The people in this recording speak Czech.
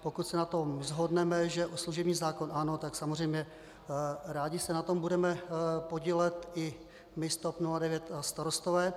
Pokud se na tom shodneme, že služební zákon ano, tak samozřejmě rádi se na tom budeme podílet i my z TOP 09 a Starostové.